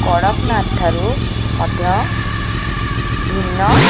କଡ଼କନାଥ ଠାରୁ ମଧ୍ୟ ଭିନ୍ନ